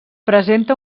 presenta